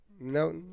No